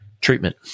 Treatment